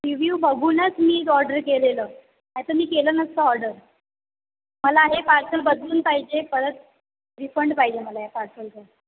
review बघूनच मी order केलेलं नाहीतर मी केलं नसतं ऑडर मला हे पार्सल बदलून पाहिजे परत रिफंड पाहिजे मला या पार्सलचं